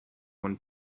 when